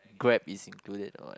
Grab is included or what